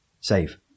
save